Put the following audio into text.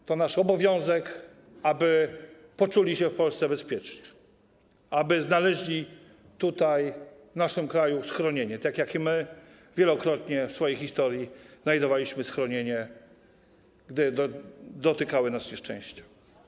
To jest nasz obowiązek, aby poczuli się w Polsce bezpiecznie, aby znaleźli w naszym kraju schronienie, tak jak i my wielokrotnie w swojej historii znajdowaliśmy schronienie, gdy dotykały nas nieszczęścia.